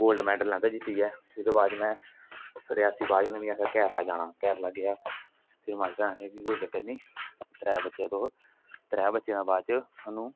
gold medal लेई आंदा जित्ती ऐ ओहदे बाद च में रियासी बाद उनें मिगी आखेआ केरला जाना केरला गेआ फिर मास्टरे आखेआ कोई चक्कर नेईं त्रै बच्चे तुस त्रै बच्चे दा बाद च थुहानू